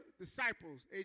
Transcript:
disciples